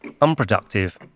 unproductive